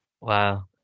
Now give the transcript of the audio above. Wow